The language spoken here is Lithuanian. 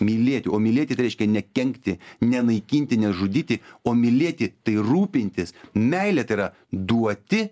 mylėti o mylėti reiškia nekenkti nenaikinti nežudyti o mylėti tai rūpintis meilė tai yra duoti